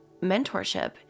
mentorship